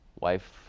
wife